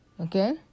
Okay